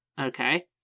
okay